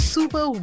Super